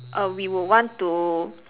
err we would want to